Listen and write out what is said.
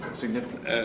Significant